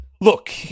look